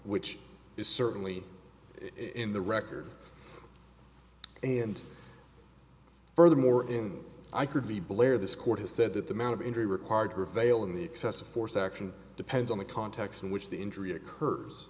which is certainly in the record and furthermore in i could be blair this court has said that the amount of injury required prevail in the excessive force action depends on the context in which the injury occurs